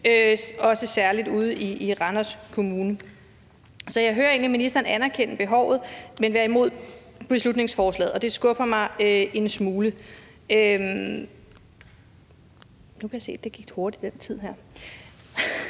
særlig ude i Randers Kommune. Så jeg hører egentlig ministeren anerkende behovet, men være imod beslutningsforslaget, og det skuffer mig en smule.